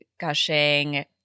gushing